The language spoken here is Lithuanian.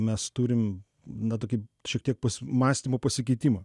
mes turim na tokį šiek tiek mąstymo pasikeitimą